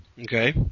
Okay